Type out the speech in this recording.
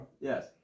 Yes